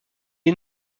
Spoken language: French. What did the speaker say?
est